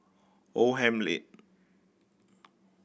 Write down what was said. Oldham Lane